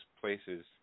places